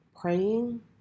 Praying